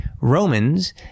Romans